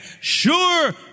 Sure